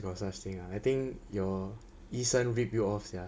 got such thing ah I think your 医生 rip you off sia